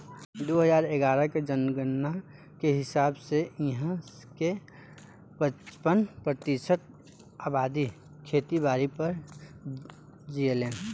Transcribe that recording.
दू हजार इग्यारह के जनगणना के हिसाब से इहां के पचपन प्रतिशत अबादी खेती बारी पर जीऐलेन